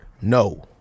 No